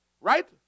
Right